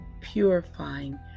purifying